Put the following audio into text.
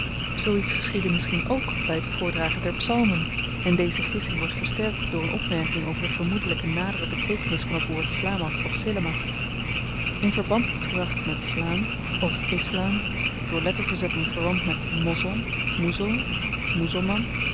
geschiedde misschien ook by t voordragen der psalmen en deze gissing wordt versterkt door n opmerking over de vermoedelyke nadere beteekenis van t woord slamat of selamat in verband gebracht met slam of islam door letterverzetting verwant met mosl